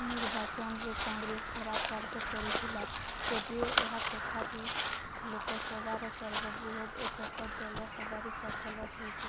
ନିର୍ବାଚନରେ କଂଗ୍ରେସ ଖରାପ କାର୍ଯ୍ୟ କରିଥିଲା ଯଦିଓ ଏହା ତଥାପି ଲୋକସଭାର ସର୍ବବୃହତ ଏକକ ଦଳ ହେବାରେ ସଫଳ ହୋଇଥିଲା